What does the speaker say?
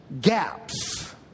gaps